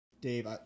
Dave